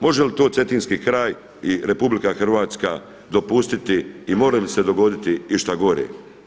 Može li to cetinski kraj i RH dopustiti i more li se dogoditi išta gore?